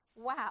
wow